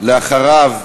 אחריו,